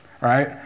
right